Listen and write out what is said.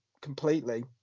completely